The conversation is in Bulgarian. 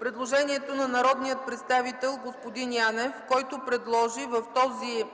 предложението на народния представител господин Янев, който предложи в този